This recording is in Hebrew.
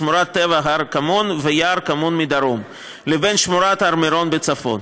שמורת טבע הר כמון ויער כמון מדרום לבין שמורת הר מירון בצפון.